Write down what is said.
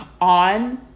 on